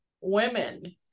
women